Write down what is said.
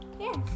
Yes